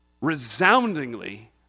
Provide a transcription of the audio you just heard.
resoundingly